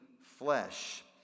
flesh